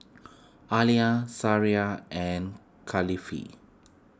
Alya Syirah and Kalifi